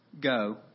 go